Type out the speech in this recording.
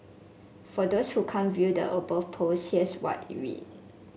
for those who can't view the above post here's what it read